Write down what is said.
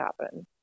happen